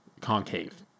Concave